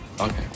Okay